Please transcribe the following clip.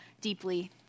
deeply